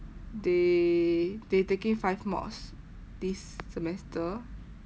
they they taking five mods this semester